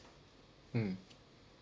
mm